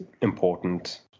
important